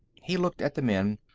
he looked at the men.